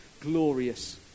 glorious